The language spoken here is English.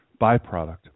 byproduct